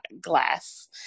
glass